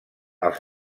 els